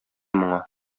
моңа